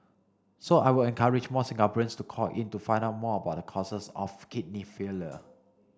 so I would encourage more Singaporeans to call in to find out more about the causes of kidney failure